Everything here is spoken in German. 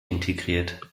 integriert